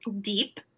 deep